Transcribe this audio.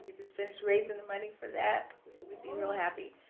just finish raising the money for that we'd be real happy.